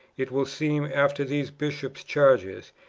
it will seem, after these bishops' charges,